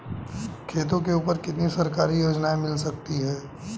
खेतों के ऊपर कितनी सरकारी योजनाएं मिल सकती हैं?